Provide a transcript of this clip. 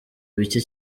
bike